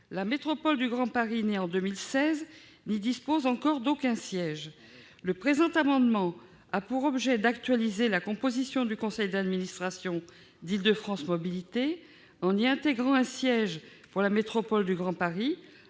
la métropole du Grand Paris, née en 2016, n'y dispose encore d'aucun siège. Le présent amendement a pour objet d'actualiser la composition du conseil d'administration d'Île-de-France Mobilités en y intégrant un siège pour la métropole du Grand Paris,